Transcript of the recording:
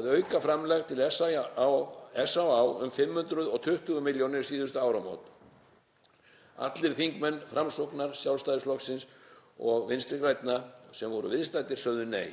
að aukaframlag til SÁÁ um 520 milljónir um síðustu áramót. Allir þingmenn Framsóknar og Sjálfstæðisflokksins og Vinstri grænna sem voru viðstaddir sögðu nei.